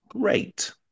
great